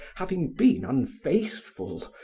having been unfaithful,